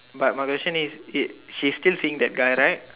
but my question is is she still seeing that guy right